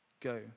Go